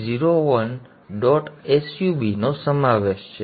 sub નો સમાવેશ છે